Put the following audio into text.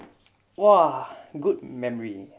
!wah! good memory